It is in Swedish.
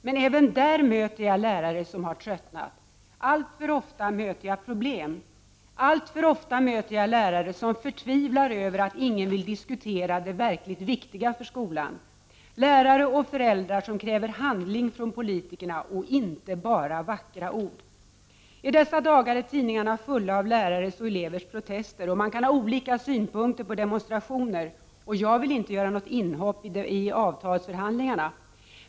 Men även där möter jag lärare som tröttnat. Alltför ofta möter jag problem. Alltför ofta möter jag lärare som förtvivlar över att ingen vill diskutera det verkligt viktiga för skolan, lärare och föräldrar som kräver handling från politikerna och inte bara vackra ord. I dessa dagar är tidningarna fulla av lärares och elevers protester. Man kan ha olika synpunkter på demonstrationer, och jag vill inte göra något inhopp i avtalsförhandlingarna.